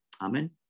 Amen